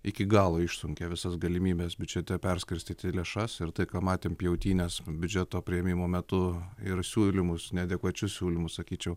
iki galo išsunkia visas galimybes biudžete perskirstyti lėšas ir tai ką matėm pjautynes biudžeto priėmimo metu ir siūlymus neadekvačius siūlymus sakyčiau